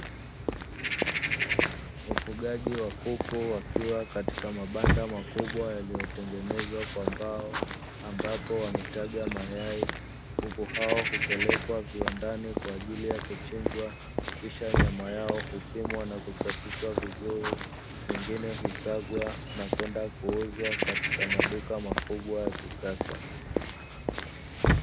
Ufugaji wa kuku wakiwa katika mabanda makubwa yaliyotengenezwa kwa mbao, ambapo wametaga mayai huku hao hupelekwa viwandani kwa ajili ya kuchinjwa, kisha nyama yao hupimwa na kusafishwa vizuri nyingine husagwa na kwenda kuuzwa katika maduka makubwa ya kisasa.